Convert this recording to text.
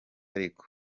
ariko